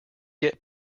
get